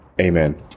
Amen